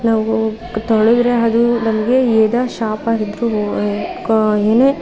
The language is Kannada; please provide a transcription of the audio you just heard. ನಾವು ತೊಳೆದರೆ ಅದು ನಮಗೆ ಏನೇ ಶಾಪ ಇದ್ದರೂ ಏನೇ